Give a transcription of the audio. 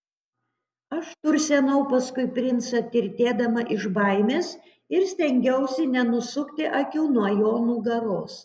aš tursenau paskui princą tirtėdama iš baimės ir stengiausi nenusukti akių nuo jo nugaros